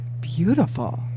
beautiful